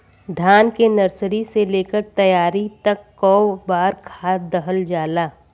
धान के नर्सरी से लेके तैयारी तक कौ बार खाद दहल जाला?